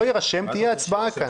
שלא יירשם, תהיה הצבעה כאן.